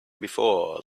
before